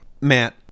Matt